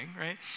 right